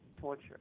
torture